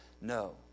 No